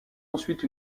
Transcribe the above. ensuite